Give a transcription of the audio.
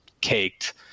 caked